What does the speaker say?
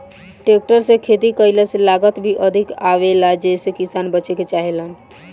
tractor से खेती कईला से लागत भी अधिक आवेला जेइसे किसान बचे के चाहेलन